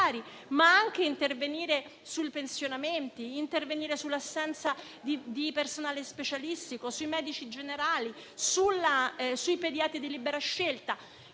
ma anche di intervenire sui pensionamenti, sull'assenza di personale specialistico, sui medici di medicina generale e sui pediatri di libera scelta.